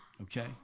Okay